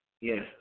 Yes